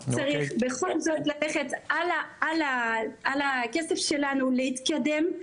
צריך בכל זאת ללכת על הכסף שלנו להתקדם.